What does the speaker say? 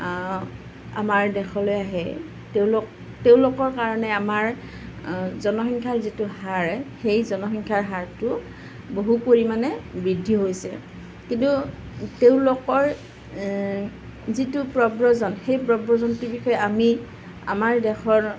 আমাৰ দেশলৈ আহে তেওঁলোক তেওঁলোকৰ কাৰণে আমাৰ জনসংখ্যাৰ যিটো হাৰ সেই জনসংখ্যাৰ হাৰটো বহু পৰিমাণে বৃদ্ধি হৈছে কিন্তু তেওঁলোকৰ যিটো প্ৰব্ৰজন সেই প্ৰব্ৰজনটিৰ বিষয়ে আমি আমাৰ দেশৰ